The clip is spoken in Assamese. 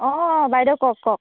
অ' বাইদেউ কওক কওক